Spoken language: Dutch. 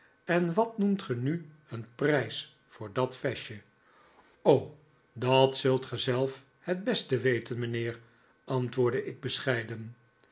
en wat noemt ge nu een prijs voor dat vestje r o dat zult ge zelf het beste weten mijnheer antwoordde ik bescheiden